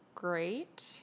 Great